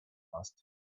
asked